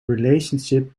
relationship